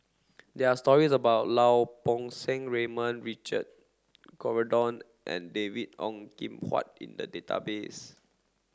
there are stories about Lau Poo Seng Raymond Richard Corridon and David Ong Kim Huat in the database